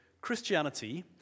Christianity